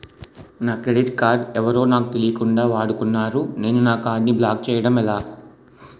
నా credit card ఎవరో నాకు తెలియకుండా వాడుకున్నారు నేను నా కార్డ్ ని బ్లాక్ చేయడం ఎలా?